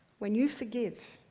when you forgive,